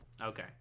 okay